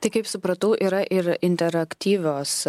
tai kaip supratau yra ir interaktyvios